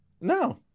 No